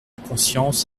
conscience